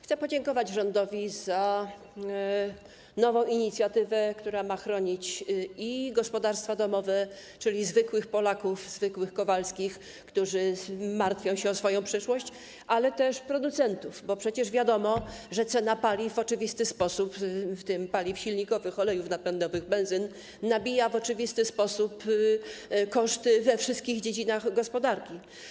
Chcę podziękować rządowi za nową inicjatywę, która ma chronić zarówno gospodarstwa domowe, czyli zwykłych Polaków, zwykłych Kowalskich, którzy martwią się o swoją przyszłość, jak i producentów, bo przecież wiadomo, że cena paliw, w tym paliw silnikowych, olejów napędowych, benzyn w oczywisty sposób nabija koszty we wszystkich dziedzinach gospodarki.